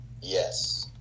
yes